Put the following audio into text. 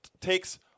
takes